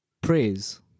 praise